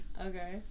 Okay